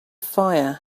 fire